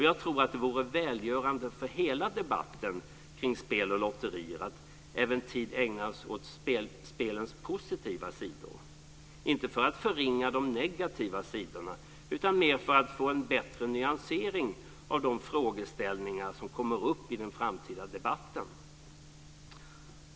Jag tror att det vore välgörande för hela debatten kring spel och lotterier att tid även ägnades åt spelens positiva sidor; inte för att förringa de negativa sidorna utan mer för att få en bättre nyansering av de frågeställningar som kommer upp i den framtida debatten.